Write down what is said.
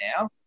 now